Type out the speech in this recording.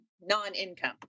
non-income